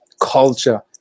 culture